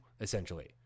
Essentially